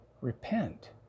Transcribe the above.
Repent